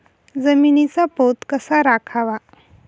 जमिनीचा पोत कसा राखावा?